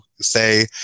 say